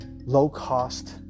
low-cost